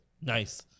Nice